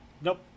nope